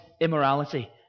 immorality